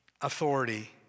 Authority